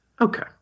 Okay